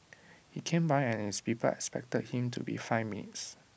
he came by and his people expected him to be five minutes